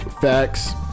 facts